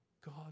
God